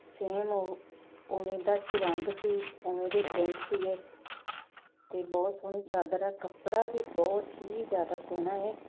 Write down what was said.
same ਉਹ ਉਵੇਂ ਦਾ ਸੀ ਰੰਗ ਸੀ ਉਵੇਂ ਦੇ ਪ੍ਰਿੰਟ ਸੀਗੇ ਅਤੇ ਬਹੁਤ ਸੋਹਣੀ ਚਾਦਰ ਆ ਕੱਪੜਾ ਵੀ ਬਹੁਤ ਹੀ ਜ਼ਿਆਦਾ ਸੋਹਣਾ ਹੈ